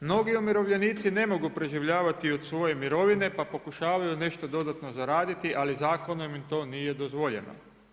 Mnogi umirovljenici ne mogu preživljavati od svoje mirovine pa pokušavaju nešto dodatno zaraditi, ali zakonom im to nije dozvoljeno.